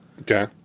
Okay